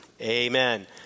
amen